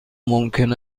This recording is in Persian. ممکن